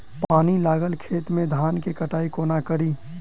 पानि लागल खेत मे धान केँ कटाई कोना कड़ी?